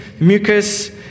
mucus